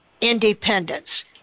independence